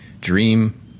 dream